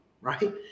right